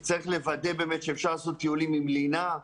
צריך לוודא שאפשר לעשות טיולים עם לינה,